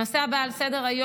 הנושא הבא על סדר-היום,